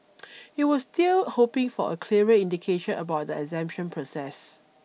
it was still hoping for a clearer indication about the exemption process